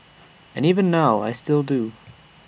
and even now I still do